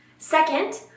Second